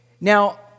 Now